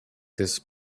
his